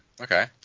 okay